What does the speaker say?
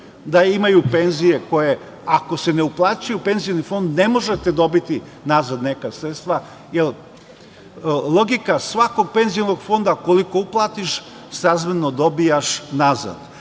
da imaju penzije. Ako se ne uplaćuje u Penzioni fond ne možete dobiti nazad neka sredstava, jer logika svakog penzionog fonda je koliko uplatiš, srazmerno dobijaš nazad.